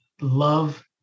love